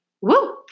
Woo